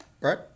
right